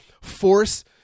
force